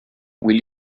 will